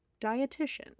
dietitian